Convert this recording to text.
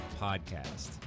Podcast